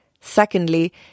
Secondly